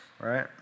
right